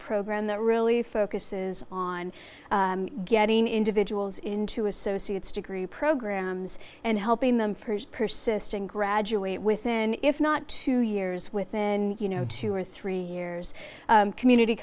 program that really focuses on getting individuals into associate's degree programs and helping them for persisting graduate within if not two years within you know two or three years community